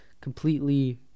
completely